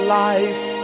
life